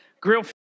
grill